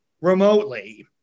remotely